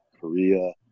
Korea